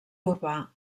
urbà